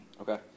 okay